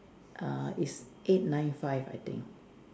err is eight nine five I think